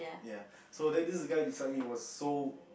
ya so then this guy beside was so